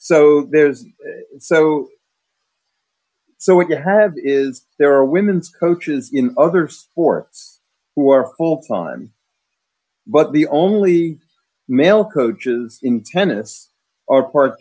so there's so so what you have is there are women's coaches in other sports who are full time but the only male coaches in tennis are part